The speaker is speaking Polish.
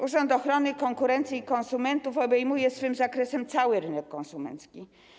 Urząd Ochrony Konkurencji i Konsumentów obejmuje swym zakresem cały rynek konsumencki.